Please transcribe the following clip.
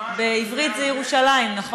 בעברית זה ירושלים, נכון?